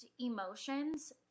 emotions